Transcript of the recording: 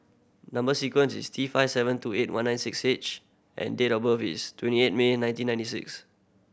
number sequence is T five seven two eight one nine six H and date of birth is twenty eight May nineteen ninety six